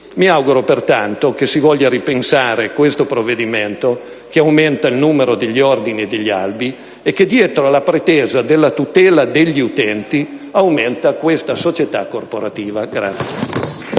Mi auguro, pertanto, che si voglia ripensare questo provvedimento, che aumenta il numero degli ordini e degli albi e che dietro alla pretesa della tutela degli utenti aumenta questa società corporativa.